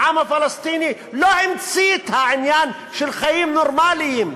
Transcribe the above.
העם הפלסטיני לא המציא את העניין של חיים נורמליים,